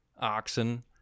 oxen